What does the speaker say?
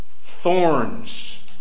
thorns